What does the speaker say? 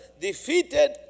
defeated